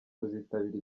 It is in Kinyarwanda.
kuzitabira